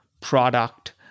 product